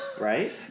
right